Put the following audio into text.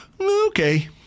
Okay